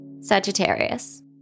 Sagittarius